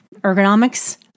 ergonomics